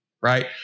right